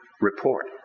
report